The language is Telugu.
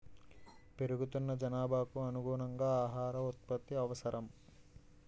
పెరుగుతున్న జనాభాకు అనుగుణంగా ఆహార ఉత్పత్తి అవసరం